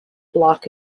block